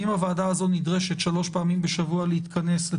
אם הוועדה הזאת נדרשת שלוש פעמים בשבוע להתכנס כדי